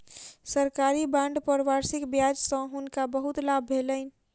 सरकारी बांड पर वार्षिक ब्याज सॅ हुनका बहुत लाभ भेलैन